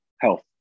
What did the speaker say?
health